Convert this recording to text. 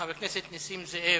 חבר הכנסת נסים זאב,